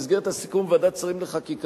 במסגרת הסיכום עם ועדת שרים לחקיקה,